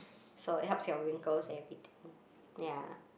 so it helps your wrinkles and everything ya